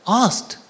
asked